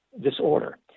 disorder